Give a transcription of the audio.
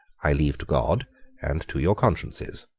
i leave to god and to your consciences.